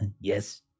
Yes